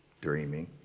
dreaming